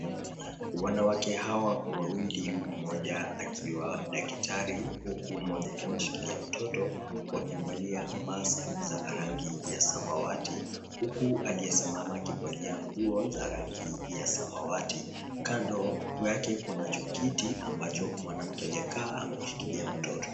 Wanawake hawa wawili, mmoja akiwa daktari, huku mmoja akiwa ameshikilia mtoto, wakivalia masks za rangi ya samawati, huku aliyesimama akivalia nguo za rangi ya samawati. Kando yake kunacho kiti ambacho mwanamke aliyekaa amemshikilia mtoto.